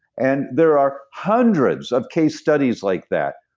and there are hundreds of case studies like that,